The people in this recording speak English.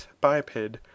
biped